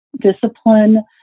discipline